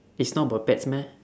it's not about pets meh